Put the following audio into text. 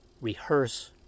rehearse